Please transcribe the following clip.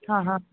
ਹਾਂ ਹਾਂ